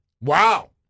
Wow